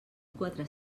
quatre